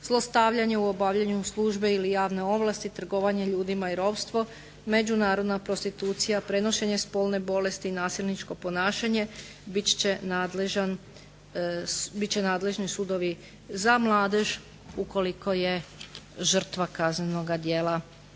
zlostavljanje u obavljanju službe ili javne ovlasti, trgovanje ljudima i ropstvo, međunarodna prostitucija, prenošenje spolne bolesti, nasilničko ponašanje bit će nadležni sudovi za mladež ukoliko je žrtva kaznenoga djela